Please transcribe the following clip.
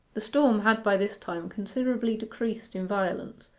the storm had by this time considerably decreased in violence,